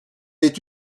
est